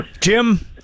jim